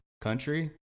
country